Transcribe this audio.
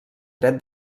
dret